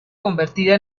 convertida